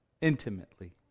intimately